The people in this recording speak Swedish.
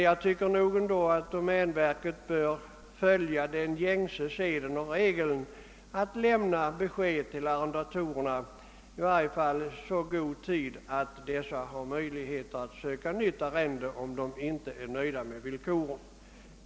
Trots detta borde enligt min mening domänverket följa den gängse regeln att lämna besked till arrendatorerna i varje fall i så god tid, att dessa har möjlighet att söka nytt arrende, om de inte är nöjda med villkoren.